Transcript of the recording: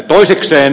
toisekseen